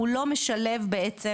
הוא לא משלב בעצם